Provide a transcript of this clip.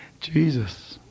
Jesus